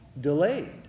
delayed